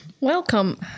Welcome